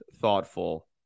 thoughtful